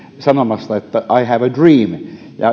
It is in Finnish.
sanomasta että i have a dream